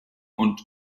und